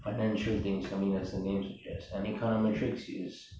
financial things I mean as the name suggest and econometrics is